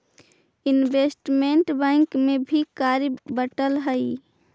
investment bank में भी कार्य बंटल हई